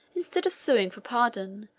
instead of suing for pardon,